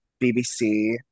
BBC